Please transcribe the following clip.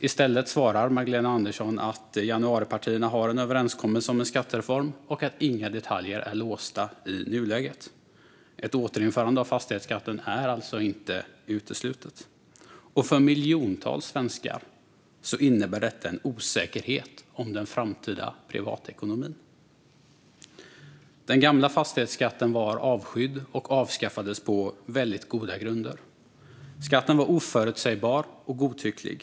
I stället svarar Magdalena Andersson att januaripartierna har en överenskommelse om en skattereform och att inga detaljer i nuläget är låsta. Ett återinförande av fastighetsskatten är alltså inte uteslutet. För miljontals svenskar innebär detta en osäkerhet om den framtida privatekonomin. Den gamla fastighetsskatten var avskydd och avskaffades på väldigt goda grunder. Skatten var oförutsägbar och godtycklig.